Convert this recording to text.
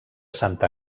santa